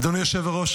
אדוני היושב-ראש,